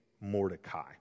Mordecai